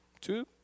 Two